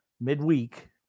midweek